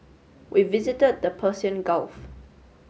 we visited the Persian Gulf